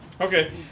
Okay